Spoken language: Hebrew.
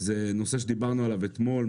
זה נושא שדיברנו עליו אתמול,